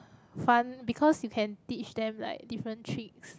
fun because you can teach them like different tricks